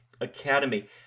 Academy